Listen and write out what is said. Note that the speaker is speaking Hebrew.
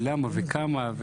למה וכמה?